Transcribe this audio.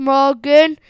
Morgan